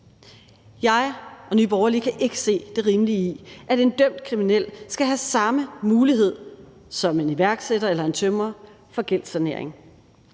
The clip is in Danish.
Jeg og Nye Borgerlige kan ikke se det rimelige i, at en dømt kriminel skal have samme mulighed som en iværksætter eller en tømrer for gældssanering.